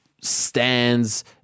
Stands